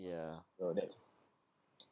ya so that's